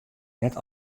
net